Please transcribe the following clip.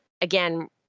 again